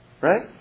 Right